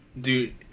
dude